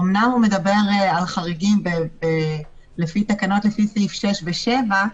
אומנם הוא מדבר על חריגים לפי תקנות לפי סעיפים 6 ו-7,